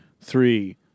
three